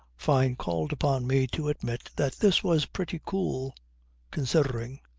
fyne called upon me to admit that this was pretty cool considering.